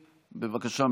בבקשה,